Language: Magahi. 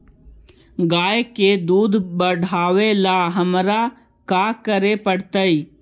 गाय के दुध बढ़ावेला हमरा का करे पड़तई?